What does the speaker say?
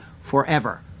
forever